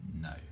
No